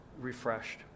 refreshed